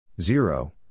Zero